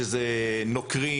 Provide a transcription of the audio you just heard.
שאלה נוקרים,